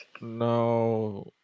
no